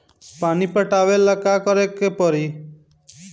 पानी पटावेला का करे के परी?